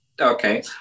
okay